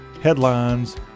headlines